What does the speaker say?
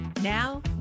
Now